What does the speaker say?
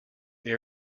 they